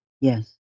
Yes